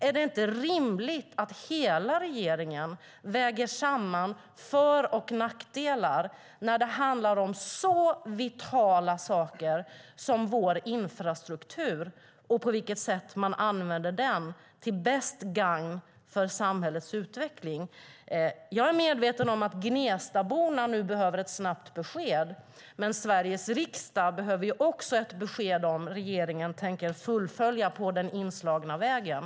Är det inte rimligt att hela regeringen väger samman för och nackdelar när det handlar om så vitala saker som vår infrastruktur och på vilket sätt man använder den till bäst gagn för samhällets utveckling? Jag är medveten om att Gnestaborna nu behöver ett snabbt besked. Men Sveriges riksdag behöver också ett besked om regeringen tänker fullfölja och gå den inslagna vägen.